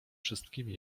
wszystkimi